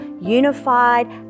unified